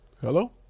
Hello